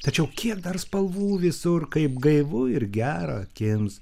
tačiau kiek dar spalvų visur kaip gaivu ir gera akims